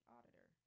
Auditor